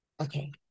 Okay